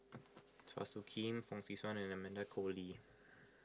Chua Soo Khim Fong Swee Suan and Amanda Koe Lee